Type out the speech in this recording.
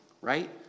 right